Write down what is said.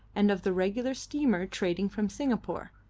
and of the regular steamer trading from singapore